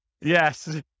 Yes